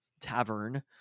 Tavern